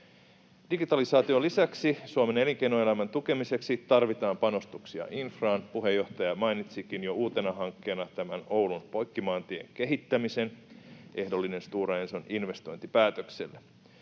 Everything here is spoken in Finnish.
Digitalisaation lisäksi Suomen elinkeinoelämän tukemiseksi tarvitaan panostuksia infraan. Puheenjohtaja mainitsikin jo uutena hankkeena tämän Oulun Poikkimaantien kehittämisen, ehdollinen Stora Enson investointipäätökselle.